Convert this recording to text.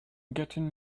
getting